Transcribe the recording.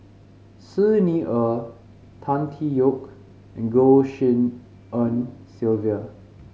Xi Ni Er Tan Tee Yoke and Goh Tshin En Sylvia